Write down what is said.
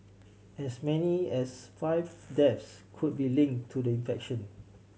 as many as five deaths could be link to the infection